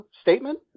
statement